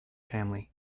family